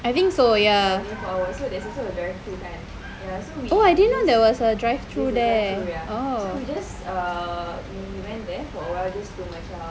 I think so ya oh I didn't know there was a drive through there